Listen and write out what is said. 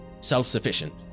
self-sufficient